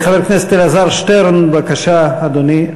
חבר הכנסת אלעזר שטרן, בבקשה, אדוני.